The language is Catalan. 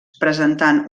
presentant